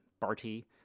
Barty